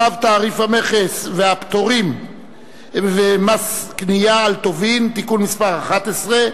צו תעריף המכס והפטורים ומס קנייה על טובין (תיקון מס' 11),